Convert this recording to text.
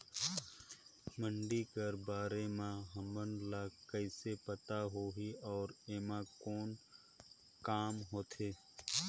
मंडी कर बारे म हमन ला कइसे पता होही अउ एमा कौन काम होथे?